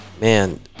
man